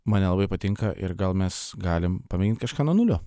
man nelabai patinka ir gal mes galim pamėgint kažką nuo nulio